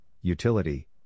utility